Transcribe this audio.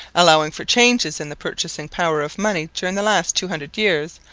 allowing for changes in the purchasing power of money during the last two hundred years,